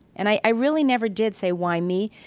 and i really never did say, why me?